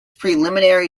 preliminary